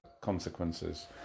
consequences